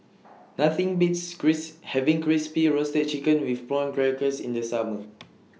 Nothing Beats criss having Crispy A Roasted Chicken with Prawn Crackers in The Summer